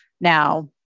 Now